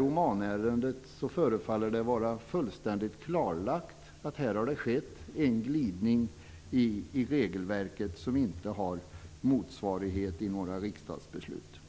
Omanärendet verkar det vara fullständigt klarlagt att det har skett en glidning i regelverket som saknar motsvarighet i några riksdagsbeslut.